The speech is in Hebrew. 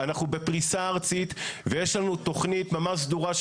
אנחנו בפריסה ארצית ויש לנו תכנית ממש סדורה,